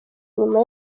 nyuma